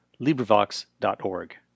LibriVox.org